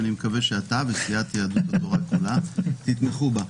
אני מקווה שאתה וסיעת יהדות התורה כולה תתמכו בה.